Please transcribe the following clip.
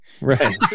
Right